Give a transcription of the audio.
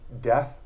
death